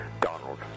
Donald